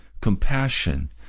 compassion